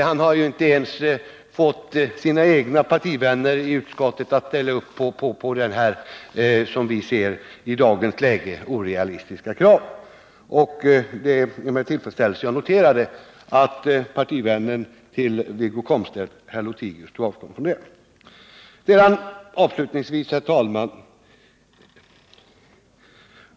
Han har inte ens fått sina egna partivänner i utskottet att ställa sig bakom detta, som vi ser det, orealistiska krav. Det är med tillfredsställelse jag noterar att Wiggo Komstedts partivän Carl-Wilhelm Lothigius går emot förslaget. Herr talman!